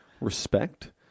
respect